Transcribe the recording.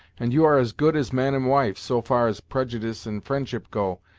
and you are as good as man and wife, so far as prejudyce and fri'ndship go.